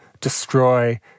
destroy